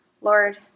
Lord